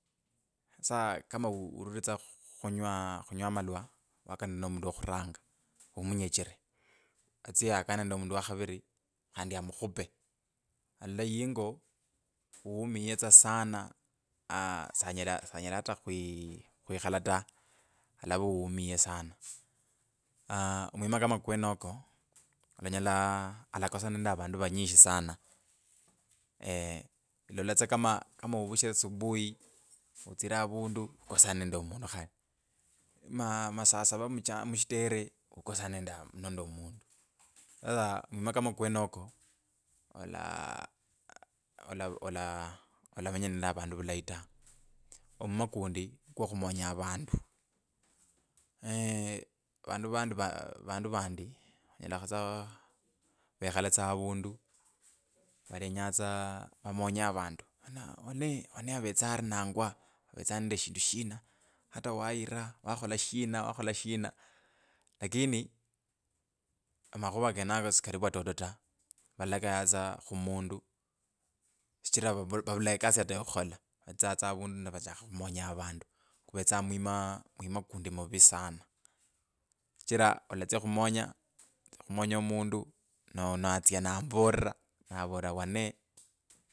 Sa kama u- u uvulire khu khinywa amalwa wakane nende mundu wo khoranga umunyechire atsye takana mundu wa kharir khandi amukhule alola yingo vumie tsa sana aa sanyela sanyela ata khwi khwikhala ta alavaa uumie sana aaa mwima kama kwenoko olanyola alakosanga nende avandu vanyishi sana eeeh ilola tsa kama kama ovushire tsa subui utsire avandu ukosane nende omundu khale aah masaba mch mushitere ukosane nende ar nende omundu sasa mwima kama okwenoko ola. Ola ola. Olamenya nende avundu vulayi ta omwima kundi ni kwo khumenya avandu vandu vandu vandu va vandu vandi tsa aa vamonye avandu wane wane avetsa arinangwa avetsa nende shindu shina ata waira wakhola shina wakhola shina lakini amakhuva keneko sikali vwatoto ta valalakaya tsa khumundu shichira vavu vavila ata ekasi yo okhumonya avandu kuvetsa mwima mwima kundi muvi sana shichira olatsya khumonya khumonya mundu no- no- uno natsya namuvolera novolera wane.